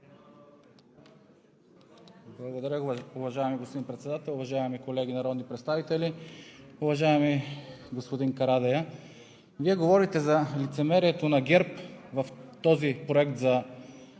Благодаря, уважаеми господин Председател. Уважаеми колеги народни представители, уважаеми господин Карадайъ! Вие говорите за лицемерието на ГЕРБ в този проект за